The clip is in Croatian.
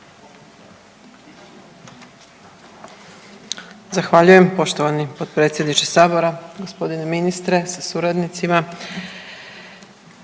Zahvaljujem poštovani potpredsjedniče sabora. Gospodine ministre sa suradnicima,